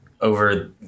over